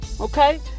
Okay